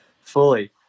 fully